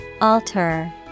Alter